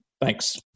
Thanks